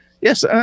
yes